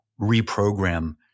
reprogram